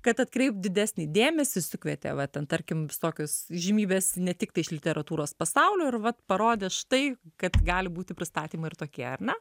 kad atkreipt didesnį dėmesį sukvietė va ten tarkim visokius įžimybes ne tik tai iš literatūros pasaulio ir vat parodė štai kad gali būti pristatymai ir tokie ar ne